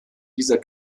dieser